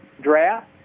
Draft